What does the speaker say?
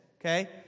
okay